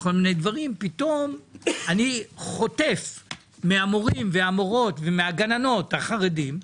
אני חוטף מהמורים ומהמורות ומהגננות החרדים,